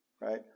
right